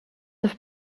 have